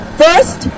first